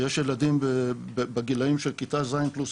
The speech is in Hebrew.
יש ילדים בגילאים של כיתה ז' פלוס